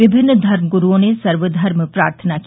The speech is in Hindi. विभिन्न धर्मगुरुओं ने सर्वधर्म प्रार्थना की